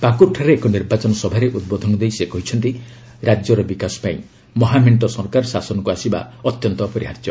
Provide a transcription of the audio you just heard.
ପାକୁରଠାରେ ଏକ ନିର୍ବାଚନ ସଭାରେ ଉଦ୍ବୋଧନ ଦେଇ ସେ କହିଛନ୍ତି ରାଜ୍ୟର ବିକାଶ ପାଇଁ ମହାମେଣ୍ଟ ସରକାର ଶାସନକୁ ଆସିବା ଅତ୍ୟନ୍ତ ଅପରିହାର୍ଯ୍ୟ